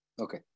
Okay